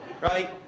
Right